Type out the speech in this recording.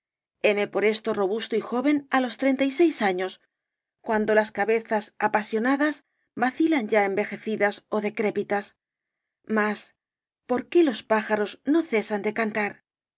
por esto robusto y joven á los treinta y seis años cuando las cabezas apasionadas vacilan ya envejecidas ó decrépitas mas por qué los pájaros no cesan de cantar